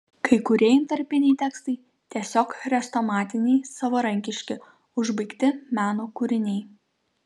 kai kurie intarpiniai tekstai tiesiog chrestomatiniai savarankiški užbaigti meno kūriniai